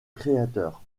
créateur